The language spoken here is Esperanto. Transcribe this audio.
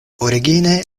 origine